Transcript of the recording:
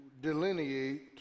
delineate